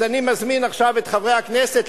אז אני מזמין עכשיו את חברי הכנסת,